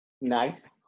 Nice